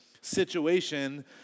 situation